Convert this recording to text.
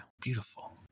Beautiful